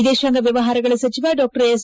ವಿದೇಶಾಂಗ ವ್ಯವಹಾರಗಳ ಸಚಿವ ಡಾ ಎಸ್